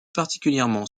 particulièrement